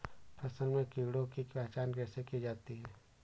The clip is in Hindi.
फसल में कीड़ों की पहचान कैसे की जाती है?